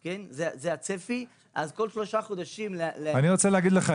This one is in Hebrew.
אז כל שלושה חודשים --- אני רוצה להגיד לך,